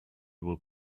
will